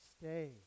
stay